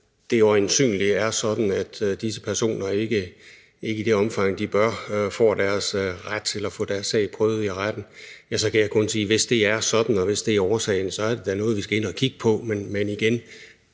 jo øjensynligt er sådan, at disse personer ikke i det omfang, de bør, får deres ret håndhævet til at få deres sag prøvet i retten, kan jeg kun sige, at det, hvis det er sådan – og hvis årsagen er den angivne – da så er noget, vi skal ind og kigge på. Men igen